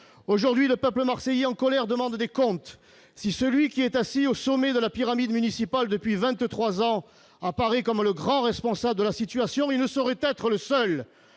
Aujourd'hui, le peuple marseillais en colère demande des comptes. Si celui qui est assis au sommet de la pyramide municipale depuis vingt-trois ans apparaît comme le grand responsable de la situation, il ne saurait être le seul